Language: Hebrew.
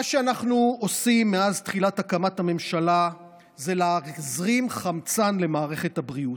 מה שאנחנו עושים מאז תחילת הקמת הממשלה זה להזרים חמצן למערכת הבריאות.